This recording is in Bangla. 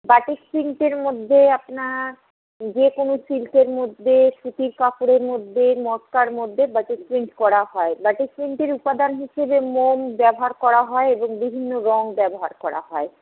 বাটিক প্রিন্টের মধ্যে আপনার যেকোনও সিল্কের মধ্যে সুতির কাপড়ের মধ্যে মটকার মধ্যে বাটিক প্রিন্ট করা হয় বাটিক প্রিন্টের উপাদান হচ্ছে যে মোম ব্যবহার করা হয় এবং বিভিন্ন রঙ ব্যবহার করা হয়